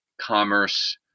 commerce